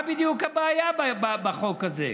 מה בדיוק הבעיה בחוק הזה?